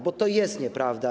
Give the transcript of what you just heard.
Bo to jest nieprawda.